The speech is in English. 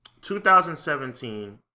2017